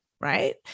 right